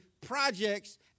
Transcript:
projects